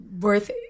worth